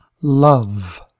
love